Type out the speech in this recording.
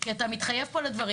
כי אתה מתחייב פה לדברים,